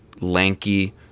lanky